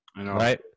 Right